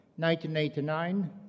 1989